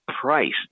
price